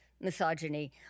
misogyny